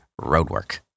roadwork